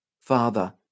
Father